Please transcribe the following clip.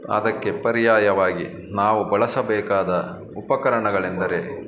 ಅದಕ್ಕೆ ಪರ್ಯಾಯವಾಗಿ ನಾವು ಬಳಸಬೇಕಾದ ಉಪಕರಣಗಳೆಂದರೆ